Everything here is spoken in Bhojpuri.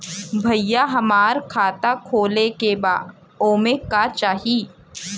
भईया हमार खाता खोले के बा ओमे का चाही?